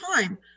time